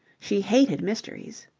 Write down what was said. she hated mysteries.